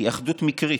היא אחדות מקרית,